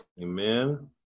Amen